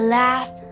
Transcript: laugh